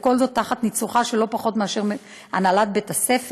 וכל זאת תחת ניצוחה של לא פחות מאשר הנהלת בית-הספר,